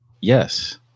yes